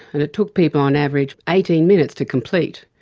and it took people on average eighteen minutes to complete.